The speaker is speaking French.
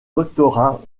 doctorat